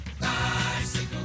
bicycle